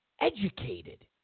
educated